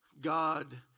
God